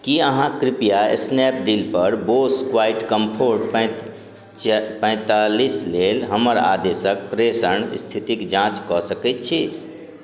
कि अहाँ कृपया स्नैपडीलपर बोस क्वाइटकम्फर्ट पैँतालिस लेल हमर आदेशके प्रेषण इस्थितिके जाँच कऽ सकै छी